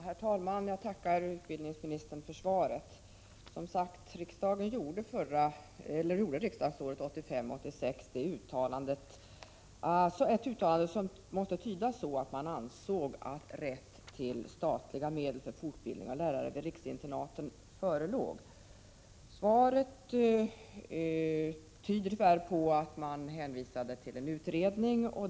Herr talman! Jag tackar utbildningsministern för svaret. Riksdagen gjorde under riksmötet 1985/86 ett uttalande som måste tydas på så sätt att riksdagen ansåg att rätt till statliga medel för fortbildning av lärare vid riksinternaten förelåg. Svaret tyder tyvärr på att man hänvisade till en utredning.